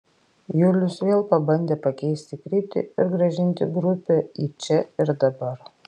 julius vėl pabandė pakeisti kryptį ir grąžinti grupę į čia ir dabar